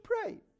pray